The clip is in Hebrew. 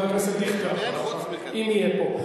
ובכן, חבר הכנסת דיכטר אחריך, אם יהיה פה.